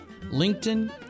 LinkedIn